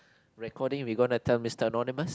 recording we gone to tell Mister Anonymous